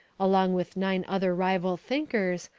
along with nine other rival thinkers,